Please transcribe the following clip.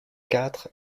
quatre